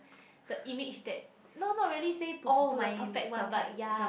the image that not not really say to to the perfect one but ya